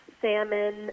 salmon